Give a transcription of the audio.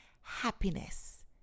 happiness